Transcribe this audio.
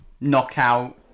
knockout